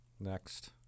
Next